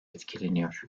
etkileniyor